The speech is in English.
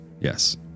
Yes